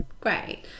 great